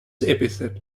epithet